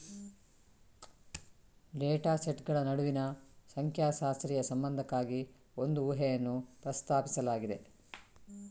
data ಸೆಟ್ಗಳ ನಡುವಿನ ಸಂಖ್ಯಾಶಾಸ್ತ್ರೀಯ ಸಂಬಂಧಕ್ಕಾಗಿ ಒಂದು ಊಹೆಯನ್ನು ಪ್ರಸ್ತಾಪಿಸಲಾಗಿದೆ